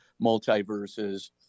multiverses